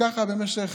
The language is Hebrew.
ככה במשך